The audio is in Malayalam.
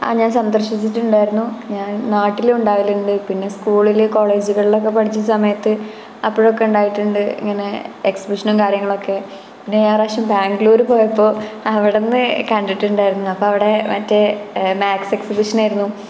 ആ ഞാന് സന്ദര്ശിച്ചിട്ടുണ്ടായിരുന്നു ഞാന് നാട്ടിൽ ഉണ്ടാകലുണ്ട് പിന്നെ സ്കൂളിൽ കോളേജുകളിലൊക്കെ പഠിച്ച സമയത്ത് അപ്പോഴൊക്കെ ഉണ്ടായിട്ടുണ്ട് ഇങ്ങനെ എക്സിബിഷനും കാര്യങ്ങളൊക്കെ പിന്നെ ഞാന് ഒരു പ്രാവശ്യം ബംഗ്ലൂർ പോയപ്പോൾ അവിടെ നിന്ന് കണ്ടിട്ടുണ്ടായിരുന്നു അപ്പോൾ അവിടെ മറ്റ് മാക്സ് എക്സിബിഷനായിരുന്നു